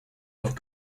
off